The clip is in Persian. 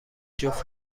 جفت